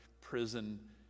Prison